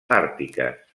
àrtiques